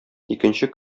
икенче